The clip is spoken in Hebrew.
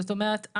זאת אומרת,